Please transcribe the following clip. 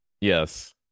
Yes